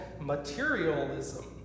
materialism